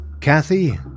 Kathy